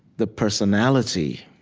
the personality